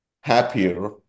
happier